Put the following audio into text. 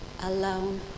Alone